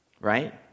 right